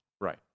Right